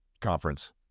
Conference